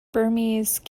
burmese